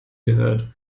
gehört